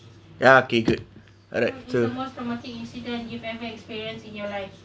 ya okay good alright so